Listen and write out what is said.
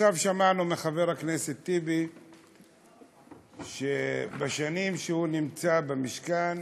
עכשיו שמענו מחבר הכנסת טיבי שבשנים שהוא נמצא במשכן